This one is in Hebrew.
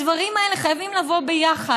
הדברים האלה חייבים לבוא ביחד.